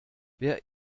wer